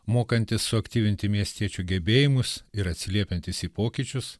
mokantis suaktyvinti miestiečių gebėjimus ir atsiliepiantis į pokyčius